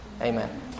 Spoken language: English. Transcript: Amen